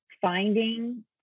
finding